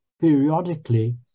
periodically